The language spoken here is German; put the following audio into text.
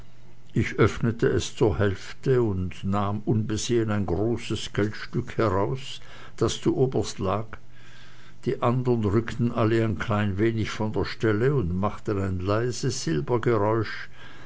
ich öffnete es zur hälfte und nahm unbesehen ein großes geldstück heraus das zuoberst lag die anderen rückten alle ein klein wenig von der stelle und machten ein leises